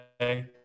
okay